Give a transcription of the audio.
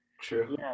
True